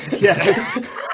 Yes